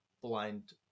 blind